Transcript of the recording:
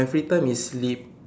my free time is sleep